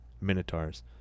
Minotaurs